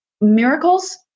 miracles